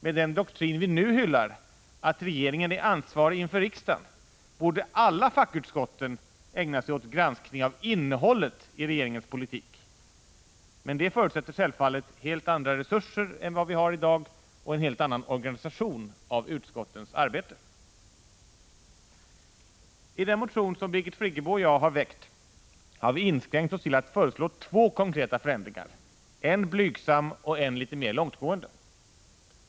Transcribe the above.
Med den doktrin vi nu hyllar — att regeringen är ansvarig inför riksdagen — borde alla fackutskott ägna sig åt granskning av innehållet i regeringspolitiken, men det förutsätter självfallet helt andra resurser än de vi har i dag och en helt annan organisation av utskottens arbete. I den motion som Birgit Friggebo och jag har väckt har vi inskränkt oss till att föreslå två konkreta förändringar, en blygsam och en litet mer långtgående.